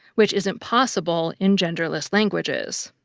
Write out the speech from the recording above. which isn't possible in genderless languages.